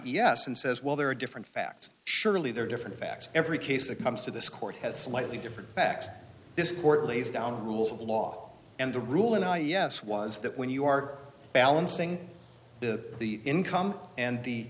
e s and says well there are different facts surely there are different facts every case that comes to this court has slightly different backs this court lays down rules of law and the rule of law yes was that when you are balancing the the income and the